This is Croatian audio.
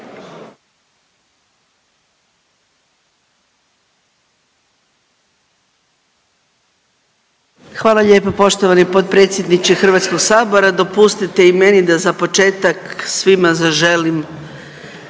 Hvala lijepa poštovani potpredsjedniče Hrvatskog sabora. Dopustite i meni da za početak svima zaželim